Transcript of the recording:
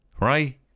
Right